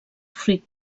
fruit